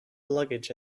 luggage